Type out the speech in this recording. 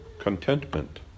contentment